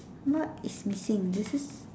what is missing this is